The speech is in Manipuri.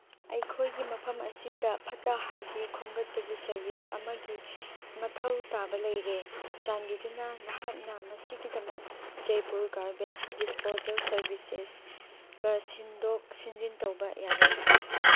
ꯑꯩꯈꯣꯏꯒꯤ ꯃꯐꯝ ꯑꯁꯤꯗ ꯐꯠꯇ ꯍꯥꯎꯗꯤ ꯈꯣꯝꯒꯠꯄꯒꯤ ꯁꯔꯚꯤꯁ ꯑꯃꯒꯤ ꯃꯊꯧ ꯇꯥꯕ ꯂꯩꯔꯦ ꯆꯥꯟꯕꯤꯗꯨꯅ ꯅꯍꯥꯛꯅ ꯃꯁꯤꯒꯤꯗꯃꯛ ꯖꯩꯄꯨꯔ ꯒꯥꯔꯕꯦꯖ ꯗꯤꯁꯄꯣꯖꯦꯜ ꯁꯥꯔꯚꯤꯁꯦꯁꯀ ꯁꯤꯟꯗꯣꯛ ꯁꯤꯟꯖꯤꯟ ꯇꯧꯕ ꯌꯥꯒꯗ꯭ꯔꯥ